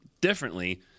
differently